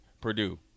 Purdue